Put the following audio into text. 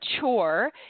chore